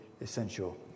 essential